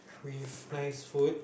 with nice food